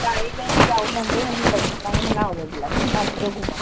काही नाही मी जाऊन आले आणि मी बघितला आणि मला आवडला नाच गं घुमा